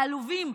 העלובים,